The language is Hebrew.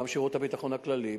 גם שירות הביטחון הכללי,